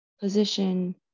position